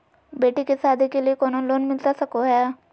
बेटी के सादी के लिए कोनो लोन मिलता सको है?